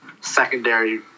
secondary